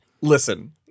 Listen